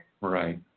Right